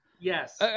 Yes